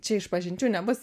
čia išpažinčių nebus